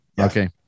Okay